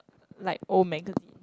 like old magazine